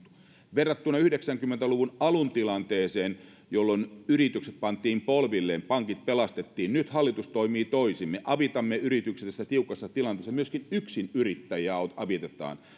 verrattuna yhdeksänkymmentä luvun alun tilanteeseen jolloin yritykset pantiin polvilleen ja pankit pelastettiin nyt hallitus toimii toisin me avitamme yrityksiä tässä tiukassa tilanteessa myöskin yksinyrittäjiä avitetaan ja